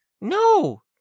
No